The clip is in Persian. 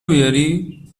بیاری